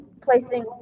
placing